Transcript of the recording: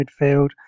midfield